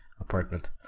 apartment